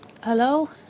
Hello